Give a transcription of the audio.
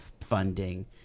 funding